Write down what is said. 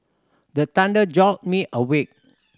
the thunder jolt me awake